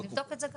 נבדוק את זה גם.